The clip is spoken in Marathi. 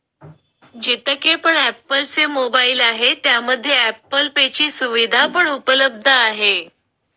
जितके पण ॲप्पल चे मोबाईल आहे त्यामध्ये ॲप्पल पे ची सुविधा पण उपलब्ध आहे